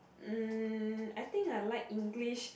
mm I think I like English